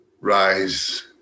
rise